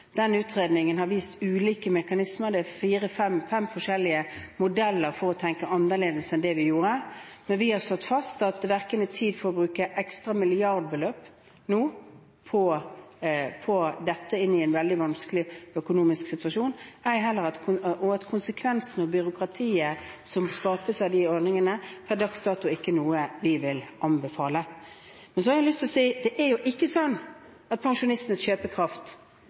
utredningen har vist ulike mekanismer. Det er fem forskjellige modeller for å tenke annerledes enn det vi gjorde. Men vi har slått fast at det ikke er tid for å bruke ekstra milliardbeløp nå på dette i en veldig vanskelig økonomisk situasjon, og at konsekvensene og byråkratiet som skapes av de ordningene, per dags dato ikke er noe vi vil anbefale. Men så har jeg lyst til å si at det ikke er sånn at pensjonistenes kjøpekraft